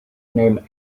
named